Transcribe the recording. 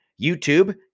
YouTube